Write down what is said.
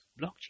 blockchain